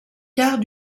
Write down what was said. quart